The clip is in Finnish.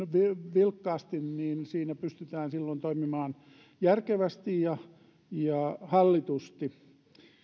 vilkkaasti pystytään silloin toimimaan järkevästi ja hallitusti